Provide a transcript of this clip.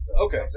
Okay